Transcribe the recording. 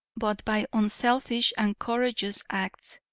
but by unselfish and courageous acts.